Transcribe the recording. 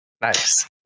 Nice